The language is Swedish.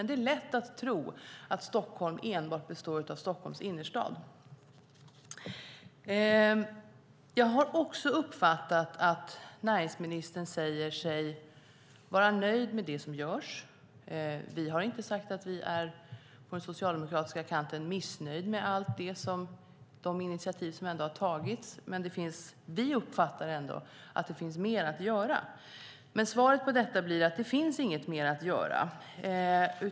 Det är lätt att tro att Stockholm enbart består av Stockholms innerstad. Jag har också uppfattat att näringsministern säger sig vara nöjd med det som görs. Vi har inte sagt att vi på den socialdemokratiska kanten är missnöjda med alla de initiativ som har tagits, men vi uppfattar ändå att det finns mer att göra. Svaret på detta blir att det inte finns mer att göra.